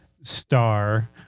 star